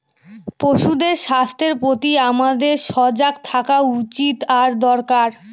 পশুদের স্বাস্থ্যের প্রতি আমাদের সজাগ থাকা উচিত আর দরকার